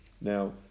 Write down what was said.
Now